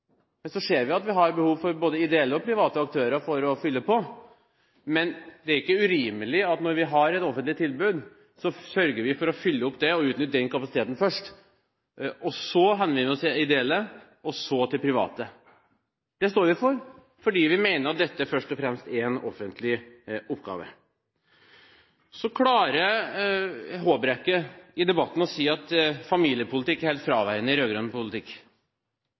vi ser at vi har behov for både ideelle og private aktører for å fylle på. Men det er ikke urimelig at når vi har et offentlig tilbud, sørger vi for å fylle opp det og utnytte den kapasiteten først, så henvender vi oss til ideelle og så til private. Det står vi for, fordi vi mener dette først og fremst er en offentlig oppgave. Håbrekke klarte å si i debatten at familiepolitikk er helt fraværende i rød-grønn politikk.